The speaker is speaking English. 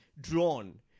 drawn